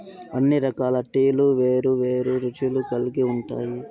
అన్ని రకాల టీలు వేరు వేరు రుచులు కల్గి ఉంటాయి